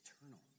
eternal